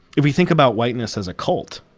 if we think about whiteness as a cult,